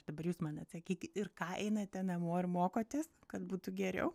dabar jūs man atsakyk ir ką einate namo ir mokotės kad būtų geriau